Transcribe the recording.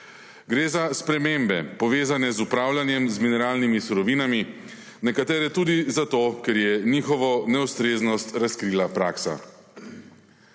Gre za spremembe povezane z upravljanjem z mineralnimi surovinami, nekatere tudi zato, ker je njihovo neustreznost razkrila praksa.